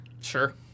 Sure